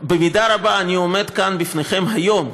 במידה רבה אני עומד כאן לפניכם היום,